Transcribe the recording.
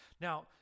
Now